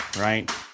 right